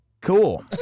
cool